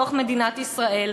בתוך מדינת ישראל.